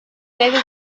eredu